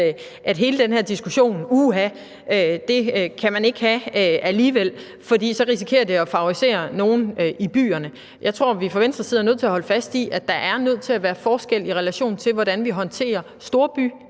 om hele den her diskussion ligesom siger: Uha, det kan man ikke have alligevel, for så risikerer det at favorisere nogen i byerne. Jeg tror, vi fra Venstres side er nødt til at holde fast i, at der er nødt til at være forskel på, hvordan vi håndterer